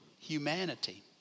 humanity